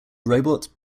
robots